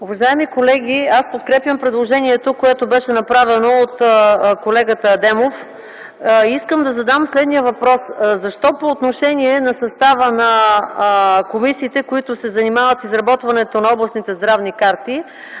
Уважаеми колеги, аз подкрепям предложението, което беше направено от колегата Адемов. Искам да задам следния въпрос: защо по отношение на състава на комисиите, които се занимават с изработването на областните здравни карти,